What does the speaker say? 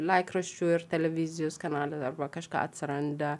laikraščių ir televizijos kanale arba kažką atsiranda